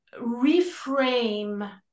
reframe